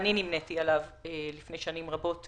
אני רוצה לתת לג'וש או ליובל להציג את הבעיה,